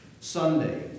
Sunday